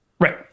Right